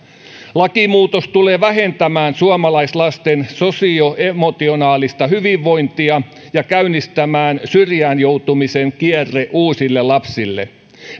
lakimuutos tulee vähentämään suomalaislasten sosioemotionaalista hyvinvointia ja käynnistämään syrjäänjoutumisen kierteen uusille lapsille